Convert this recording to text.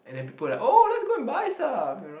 and then people like oh let's go and buy stuff you know